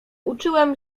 uczyłem